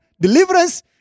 deliverance